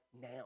now